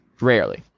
Rarely